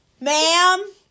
Ma'am